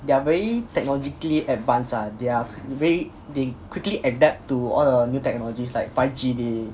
they're very technologically advance ah their way they quickly adapt to all the new technologies like five G they